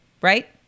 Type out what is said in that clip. right